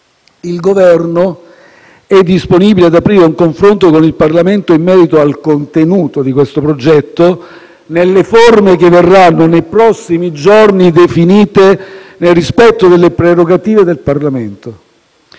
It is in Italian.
Il Governo è disponibile ad aprire un confronto con il Parlamento in merito al contenuto di questo progetto nelle forme che verranno nei prossimi giorni definite, nel rispetto delle prerogative del Parlamento.